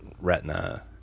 retina